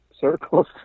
circles